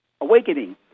awakening